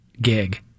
gig